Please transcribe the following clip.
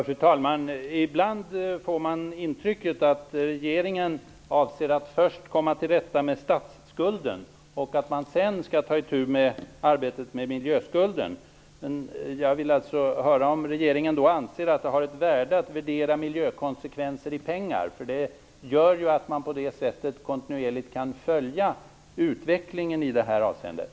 Fru talman! Ibland får man intrycket att regeringen avser att först komma till rätta med statsskulden innan man tar itu med arbetet med miljöskulden. Jag vill höra om regeringen anser att det har ett värde att värdera miljökonsekvenser i pengar. Det medför att man kontinuerligt kan följa utvecklingen i det här avseendet.